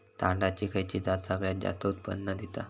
तांदळाची खयची जात सगळयात जास्त उत्पन्न दिता?